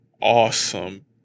Awesome